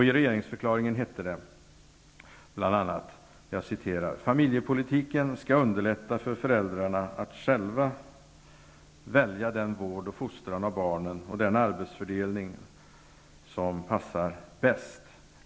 I regeringsförklaringen hette det bl.a.: ''Familjepolitiken skall underlätta för föräldrarna att själv välja den vård och fostran av barnen och den arbetsfördelning som passar bäst.